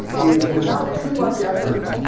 is without too much effort,